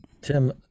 Tim